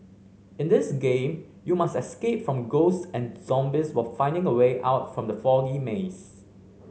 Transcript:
in this game you must escape from ghosts and zombies while finding the way out from the foggy maze